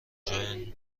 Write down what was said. جای